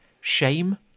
shame